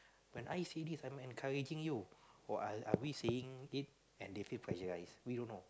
when I say this I am encouraging you or are are we saying it and they feel pressurize we don't know